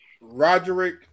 Roderick